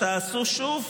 תעשו שוב,